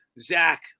Zach